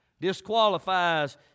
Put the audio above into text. disqualifies